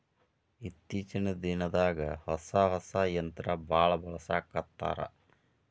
ಇತ್ತೇಚಿನ ದಿನದಾಗ ಹೊಸಾ ಹೊಸಾ ಯಂತ್ರಾ ಬಾಳ ಬಳಸಾಕತ್ತಾರ